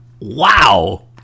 Wow